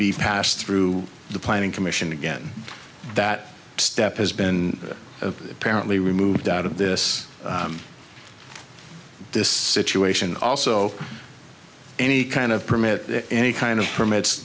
be passed through the planning commission again that step has been apparently removed out of this this situation also any kind of permit any kind of permits